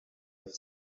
have